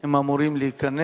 הם אמורים להיכנס.